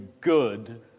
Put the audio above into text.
good